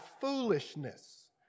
foolishness